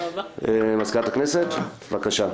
מזכירת הכנסת, בבקשה.